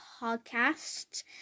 podcast